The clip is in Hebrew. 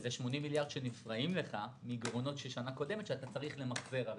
זה 80 מיליארד ש"ח שנפרעים מגירעונות של שנה קודמת שאתה צריך למחזר.